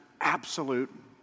absolute